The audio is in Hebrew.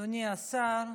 אדוני השר,